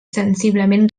sensiblement